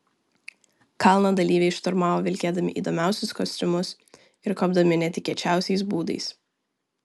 kalną dalyviai šturmavo vilkėdami įdomiausius kostiumus ir kopdami netikėčiausiais būdais